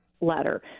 letter